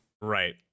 right